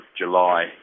July